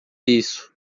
isso